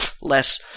less